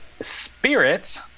spirits